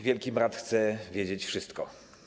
Wielki Brat chce wiedzieć wszystko.